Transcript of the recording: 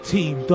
Team